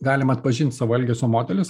galim atpažint savo elgesio modelius